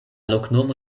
loknomo